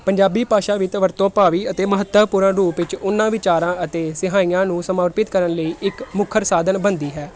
ਪੰਜਾਬੀ ਭਾਸ਼ਾ ਵਿੱਚ ਵਰਤੋਂ ਭਾਵੀ ਅਤੇ ਮਹੱਤਵਪੂਰਨ ਰੂਪ ਵਿੱਚ ਉਹਨਾਂ ਵਿਚਾਰਾਂ ਅਤੇ ਸਿਹਾਈਆਂ ਨੂੰ ਸਮਰਪਿਤ ਕਰਨ ਲਈ ਇੱਕ ਮੁੱਖਰ ਸਾਧਨ ਬਣਦੀ ਹੈ